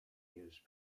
used